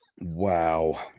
Wow